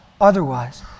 otherwise